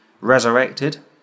resurrected